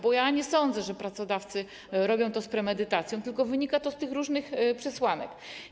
Bo nie sądzę, że pracodawcy robią to z premedytacją, tylko wynika to z tych różnych przesłanek.